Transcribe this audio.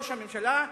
ראש הממשלה,